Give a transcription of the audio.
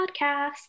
podcast